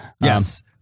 Yes